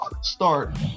start